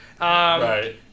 Right